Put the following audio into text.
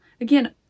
again